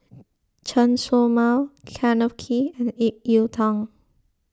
Chen Show Mao Kenneth Kee and Ip Yiu Tung